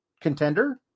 contender